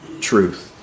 truth